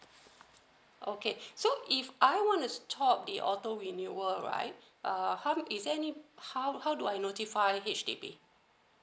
okay so if I wanna stop the auto renewal right uh how is there any how how do I notify H_D_B